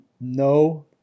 no